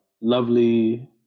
Lovely